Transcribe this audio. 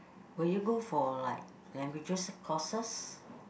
will you go for like languages courses